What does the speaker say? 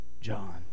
John